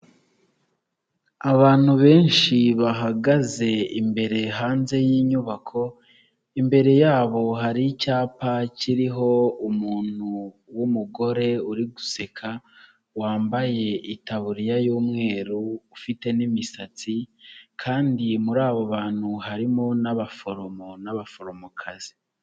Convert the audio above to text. Abantu benshi bahagaze imbere hanze y'inyubako, imbere yabo hari icyapa kiriho umuntu w'umugore uri guseka wambaye itaburiya y'umweru ufite n'imisatsi kandi muri abo bantu harimo n'abaforomo n'abaforomokazi.